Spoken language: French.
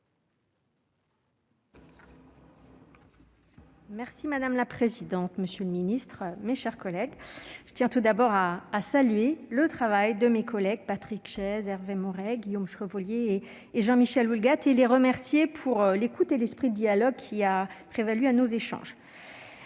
avis. Madame la présidente, monsieur le secrétaire d'État, mes chers collègues, je tiens tout d'abord à saluer le travail de mes collègues Patrick Chaize, Hervé Maurey, Guillaume Chevrollier et Jean-Michel Houllegatte et à les remercier pour leur écoute et pour l'esprit de dialogue qui a prévalu dans nos échanges.